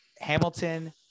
Hamilton